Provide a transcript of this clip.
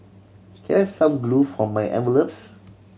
can I've some glue for my envelopes